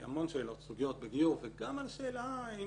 המון שאלות וסוגיות בגיור וגם על השאלה האם